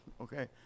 okay